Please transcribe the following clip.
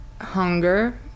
hunger